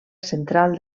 central